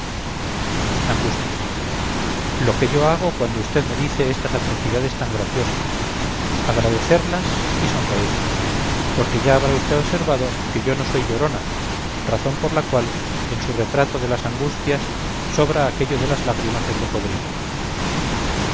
angustias lo que yo hago cuando usted me dice estas atrocidades tan graciosas agradecerlas y sonreír porque ya habrá usted observado que yo no soy llorona razón por la cual en su retrato de las angustias sobra aquello de las lágrimas de cocodrilo